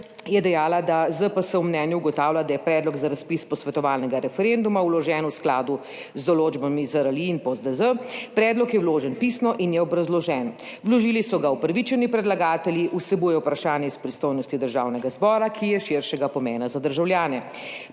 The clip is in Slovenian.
je dejala, da ZPS v mnenju ugotavlja, da je predlog za razpis posvetovalnega referenduma vložen v skladu z določbami ZRLI in POSTDZ. Predlog je vložen pisno in je obrazložen. Vložili so ga upravičeni predlagatelji, vsebuje vprašanje iz pristojnosti Državnega zbora, ki je širšega pomena za državljane.